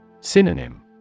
Synonym